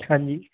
ਹਾਂਜੀ